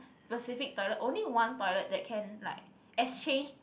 specific toilet only one toilet that can like exchange